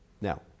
Now